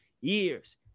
years